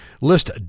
list